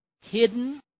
hidden